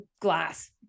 glass